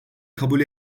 kabul